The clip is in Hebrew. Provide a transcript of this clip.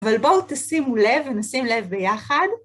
אבל בואו תשימו לב ונשים לב ביחד.